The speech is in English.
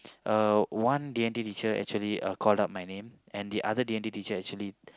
uh one D-and-T teacher actually uh called out my name and the other D-and-T teacher actually